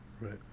Right